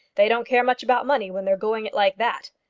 they don't care much about money when they're going it like that.